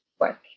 work